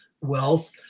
wealth